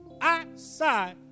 outside